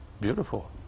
beautiful